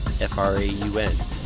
F-R-A-U-N